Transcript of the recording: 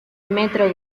metro